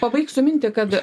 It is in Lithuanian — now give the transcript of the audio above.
pabaigsiu mintį kad